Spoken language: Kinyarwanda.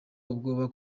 ubwoba